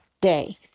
day